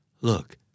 Look